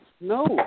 no